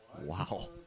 Wow